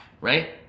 right